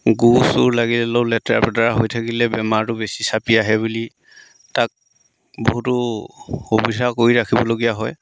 গু চু লাগিলেও লেতেৰা পেতেৰা হৈ থাকিলে বেমাৰটো বেছি চাপি আহে বুলি তাক বহুতো সুবিধা কৰি ৰাখিবলগীয়া হয়